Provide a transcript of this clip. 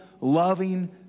loving